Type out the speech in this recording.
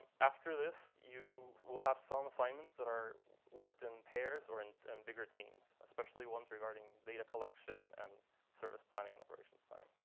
after this, you will have some assignments that are worked in pairs or in bigger teams, especially ones regarding data collection and service planning and operations planning.